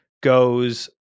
goes